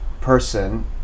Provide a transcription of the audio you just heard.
person